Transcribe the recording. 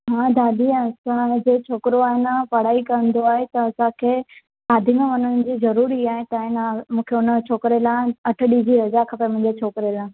हा दादी असांजो छोकिरो आहे न पढ़ाई कंदो आहे त असांखे शादी में वञणु बि ज़रूरी आहे त आहे न त मूंखे उन छोकिरे लाइ अठ ॾींहं जी रज़ा खपंदी हुई छोकिरे लाइ